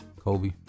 Kobe